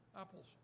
Apples